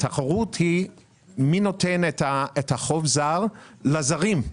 התחרות היא מי נותן את החוב הזר לזרים.